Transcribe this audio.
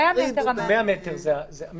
המינימום זה 100 מטר.